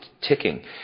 ticking